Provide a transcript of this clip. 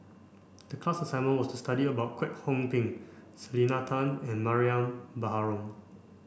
the class assignment was to study about Kwek Hong Png Selena Tan and Mariam Baharom